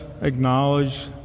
acknowledge